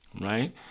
Right